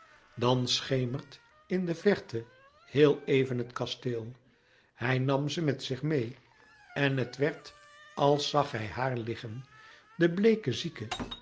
dan schemert in de verte heel even het kasteel hij nam ze met zich meê en het werd als zag hij haar liggen de bleeke zieke